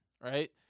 right